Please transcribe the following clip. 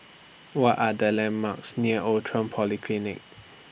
What Are The landmarks near Outram Polyclinic